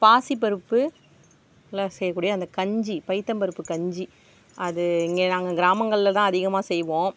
பாசிப்பருப்பு ல செய்யக்கூடிய அந்த கஞ்சி பயித்தம்பருப்பு கஞ்சி அது இங்கே நாங்கள் கிராமங்களில்தான் அதிகமாக செய்வோம்